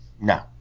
No